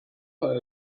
fall